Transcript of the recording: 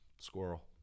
Squirrel